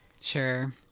sure